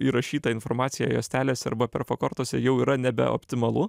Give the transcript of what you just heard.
įrašytą informaciją juostelėse arba perfokortose jau yra nebe optimalu